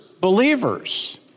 believers